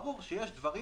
ברור שיש דברים